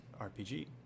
RPG